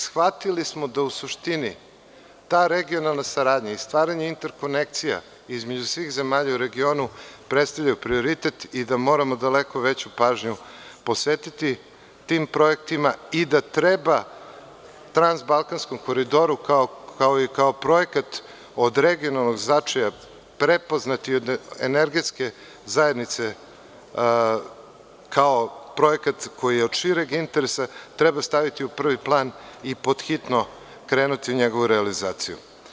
Shvatili smo da u suštini ta regionalna saradnja i stvaranje interkonekcija između svih zemalja u regionu predstavljaju prioritet i da moramo daleko veću pažnju posvetiti tim projektima i da treba transbalkanskom koridoru, kao projektu od regionalnog značaja, prepoznati od energetske zajednice kao projekat koji je od šireg interesa, treba staviti u prvi plani i pod hitno krenuti u njegovu realizaciju.